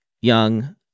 young